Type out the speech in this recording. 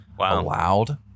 allowed